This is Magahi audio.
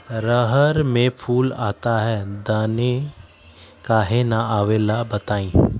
रहर मे फूल आता हैं दने काहे न आबेले बताई?